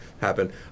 happen